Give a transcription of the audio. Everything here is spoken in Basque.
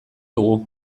dugu